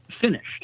finished